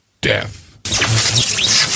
death